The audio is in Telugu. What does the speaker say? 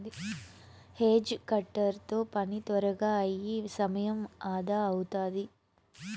హేజ్ కటర్ తో పని త్వరగా అయి సమయం అదా అవుతాది